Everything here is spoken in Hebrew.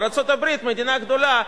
ארצות-הברית מדינה גדולה,